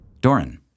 Doran